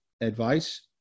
advice